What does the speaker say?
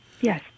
yes